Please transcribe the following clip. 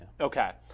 Okay